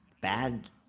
bad